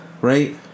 right